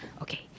Okay